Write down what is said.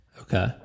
Okay